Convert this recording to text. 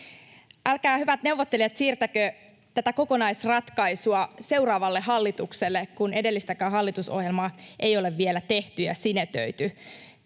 Älkää, hyvät neuvottelijat, siirtäkö tätä kokonaisratkaisua seuraavalle hallitukselle, kun edellistäkään hallitusohjelmaa ei ole vielä tehty ja sinetöity.